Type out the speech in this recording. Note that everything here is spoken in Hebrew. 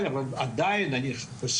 אחרים.